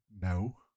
No